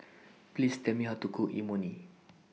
Please Tell Me How to Cook Imoni